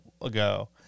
ago